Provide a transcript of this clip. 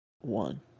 One